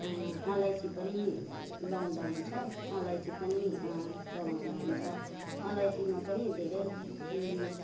अलैँची पनि लाउँदा हुन्छ अलैँची पनि चलाउँदा हुन्छ अलैँचीमा पनि धेरै